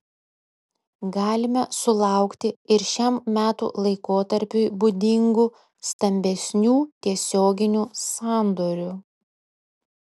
galime sulaukti ir šiam metų laikotarpiui būdingų stambesnių tiesioginių sandorių